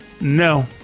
No